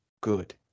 good